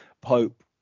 Pope